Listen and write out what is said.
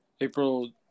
april